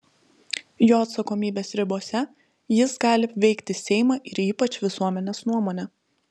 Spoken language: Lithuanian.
jo atsakomybės ribose jis gali veikti seimą ir ypač visuomenės nuomonę